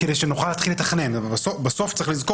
גם בסעיף (ב) יש תיקון שנוגע לחלוקה, שאני אקריא